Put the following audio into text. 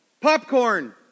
popcorn